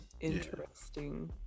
interesting